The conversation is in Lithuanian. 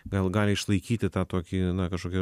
gal gali išlaikyti tą tokį na kažkokį